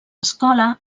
escola